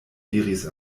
diris